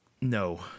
No